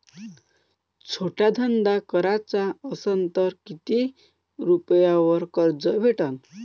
छोटा धंदा कराचा असन तर किती रुप्यावर कर्ज भेटन?